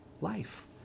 life